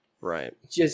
Right